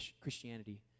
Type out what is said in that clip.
Christianity